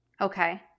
Okay